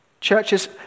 Churches